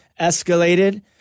escalated